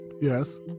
Yes